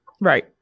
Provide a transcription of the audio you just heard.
Right